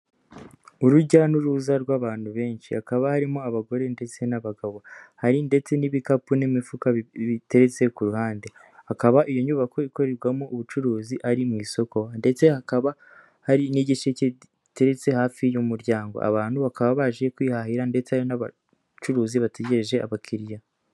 Urujya n'uruza rw'abantu benshi, hakaba harimo abagore ndetse n'abagabo, hari ndetse n'ibikapu n'imifuka bitetse ku ruhande, hakaba iyo nyubako ikorerwamo ubucuruzi ari mu isoko, ndetse hakaba hari n'igisheke giteretse hafi y'imuryango, abantu bakaba baje kwihahira ndetse hari n'abacuruzi bategereje abakiriya.